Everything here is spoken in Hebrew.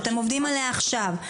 אתם עובדים עלייה עכשיו.